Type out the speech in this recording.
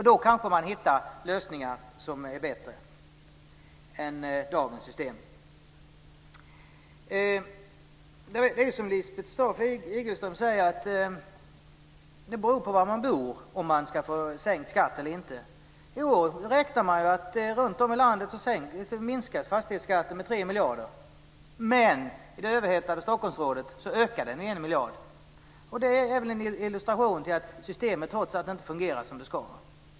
Då hittar man kanske lösningar som är bättre än dagens. Det är som Lisbeth Staaf-Igelström säger. Om man får sänkt skatt eller inte beror på var man bor. I år räknar vi med att fastighetsskatten minskas med 3 miljarder runtom i landet. Men i det överhettade Stockholmsområdet ökar den med 1 miljard. Det är en illustration till att systemet trots allt inte fungerar som det ska.